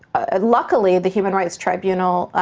ah luckily, the human right tribunal,